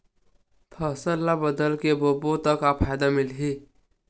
फसल ल बदल के बोबो त फ़ायदा मिलही?